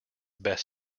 best